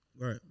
right